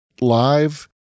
Live